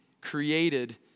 created